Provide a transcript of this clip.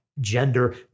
gender